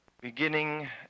beginning